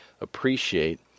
appreciate